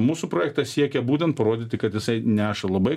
mūsų projektas siekia būtent parodyti kad jisai neša labai